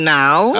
now